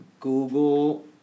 Google